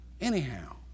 Anyhow